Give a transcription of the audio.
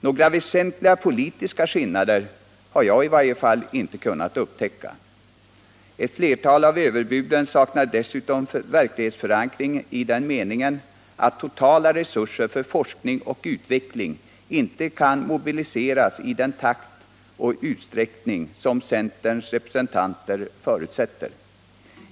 Några väsentliga politiska skillnader har i varje fall inte jag kunnat upptäcka. Ett flertal av överbuden saknar dessutom verklighetsförankring i den meningen att totala resurser för forskning och utveckling inte kan mobiliseras i den takt och utsträckning som centerns representanter förutsätter.